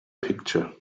picture